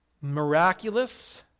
miraculous